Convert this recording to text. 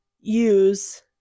use